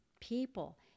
people